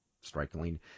striking